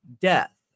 death